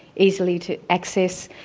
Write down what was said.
easy to access,